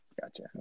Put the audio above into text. Gotcha